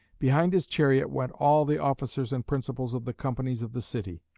behind his chariot went all the officers and principals of the companies of the city.